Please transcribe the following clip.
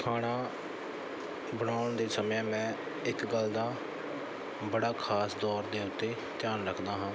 ਖਾਣਾ ਬਣਾਉਣ ਦੇ ਸਮੇਂ ਮੈਂ ਇੱਕ ਗੱਲ ਦਾ ਬੜਾ ਖਾਸ ਤੌਰ ਦੇ ਉੱਤੇ ਧਿਆਨ ਰੱਖਦਾ ਹਾਂ